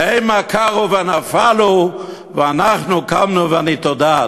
"המה כרעו ונפלו ואנחנו קמנו ונתעודד".